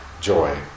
joy